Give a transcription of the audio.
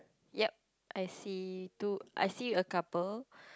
ya I see two I see a couple